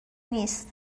نیست